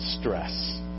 stress